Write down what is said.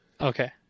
Okay